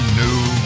new